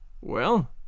Well